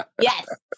Yes